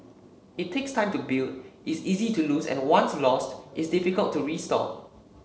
it takes time to build is easy to lose and once lost is difficult to restore